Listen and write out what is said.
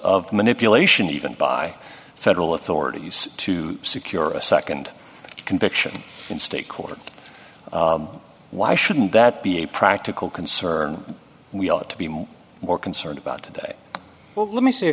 of manipulation even by federal authorities to secure a second conviction in state court why shouldn't that be a practical concern we ought to be more concerned about today well let me s